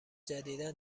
جدیدا